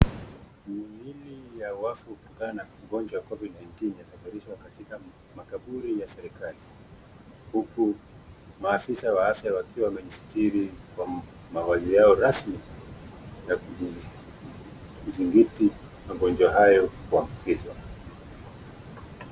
Mwili ya wafu kutokana na ugonjwa wa COVID 19 yasafirishwa katika makaburi ya serikali. Huku maafisa wa afya wakiwa wamejisitiri kwa mavazi Yao rasmi ya kudhibiti mgonjwa hayo kuambukizwa.